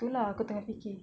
tu lah aku tengah fikir